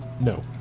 no